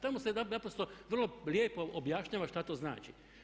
Tamo se naprosto vrlo lijepo objašnjava šta to znači.